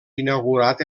inaugurat